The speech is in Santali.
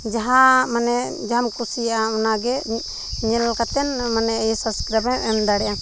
ᱡᱟᱦᱟᱸ ᱢᱟᱱᱮ ᱡᱟᱦᱟᱢ ᱠᱩᱥᱤᱭᱟᱜᱼᱟ ᱚᱱᱟᱜᱮ ᱧᱮᱞ ᱠᱟᱛᱮᱱ ᱢᱟᱱᱮ ᱥᱟᱵᱥᱠᱨᱟᱭᱤᱵᱮᱢ ᱫᱟᱲᱮᱜ ᱟᱢ